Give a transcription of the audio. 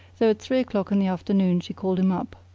though at three o'clock in the afternoon she called him up.